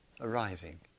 arising